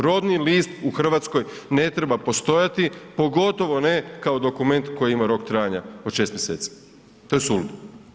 Rodni list u Hrvatskoj ne treba postojati, pogotovo ne kao dokument koji ima rok trajanja od 6 mj., to je suludo.